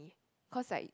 cause like